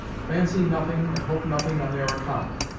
fancy nothing and hope nothing on their account,